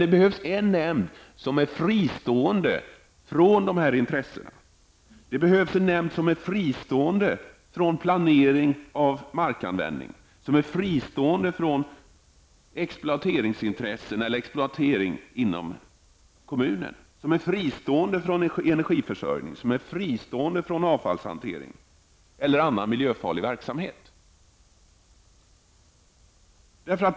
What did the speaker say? Det behövs dock en nämnd som är fristående från olika intressen -- en nämnd som är fristående från planeringen av markanvändning, från exploateringsintressen eller exploatering inom kommunen, från energiförsörjning samt från avfallshantering eller annan miljöfarlig verksamhet.